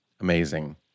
Amazing